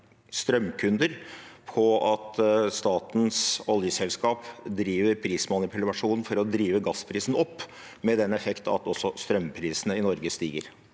strømkunder på at statens oljeselskap driver prismanipulasjon for å drive gassprisen opp, med den effekt at også strømprisene i Norge stiger?